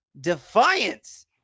Defiance